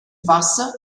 wasser